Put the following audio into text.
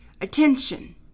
Attention